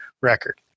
record